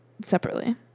separately